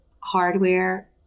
hardware